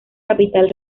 capital